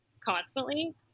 Constantly